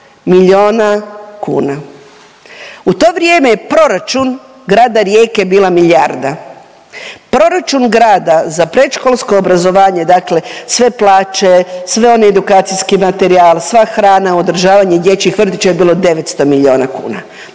miliona kuna. U to vrijeme je proračun Grada Rijeke bila milijarda. Proračun grada za predškolsko obrazovanje, dakle sve plaće, sve oni edukacijski materijal, sva hrana, održavanja dječjih vrtića je bilo 900 miliona kuna.